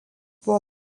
buvo